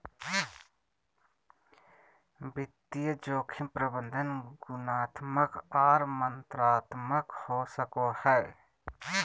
वित्तीय जोखिम प्रबंधन गुणात्मक आर मात्रात्मक हो सको हय